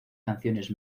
canciones